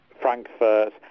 Frankfurt